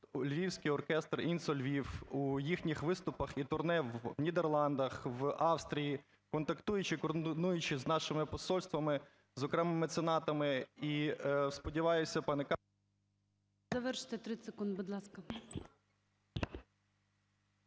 львівський оркестр "INSO-Львів" у їхніх виступах і турне в Нідерландах, в Австрії, контактуючи, координуючи з нашими посольствами, зокрема меценатами. І сподіваюсь, пане Каплін… ГОЛОВУЮЧИЙ. Завершити 30 секунд, будь ласка.